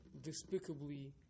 despicably